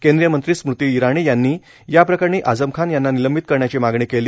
केंद्रीय मंत्री स्मृती इराणी यांनी या प्रकरणी आझम खान यांना निलंबित करण्याची मागणी केली